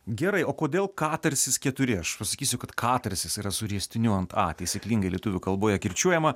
gerai o kodėl katarsis keturi aš pasakysiu kad katarsis yra su riestiniu ant a taisyklingai lietuvių kalboje kirčiuojama